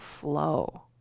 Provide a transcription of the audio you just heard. flow